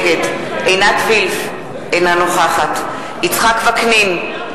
נגד עינת וילף, אינה נוכחת יצחק וקנין,